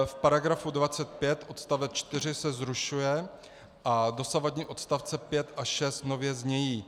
V § 25 odst. 4 se zrušuje a dosavadní odstavce 5 a 6 nově zní.